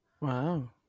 Wow